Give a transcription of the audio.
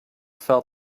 felt